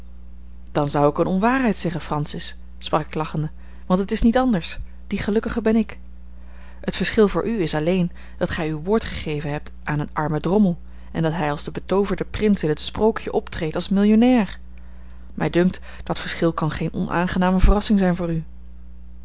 dan zou ik eene onwaarheid zeggen francis sprak ik lachende want het is niet anders die gelukkige ben ik het verschil voor u is alleen dat gij uw woord gegeven hebt aan een armen drommel en dat hij als de betooverde prins in het sprookje optreedt als millionair mij dunkt dat verschil kan geene onaangename verrassing zijn voor u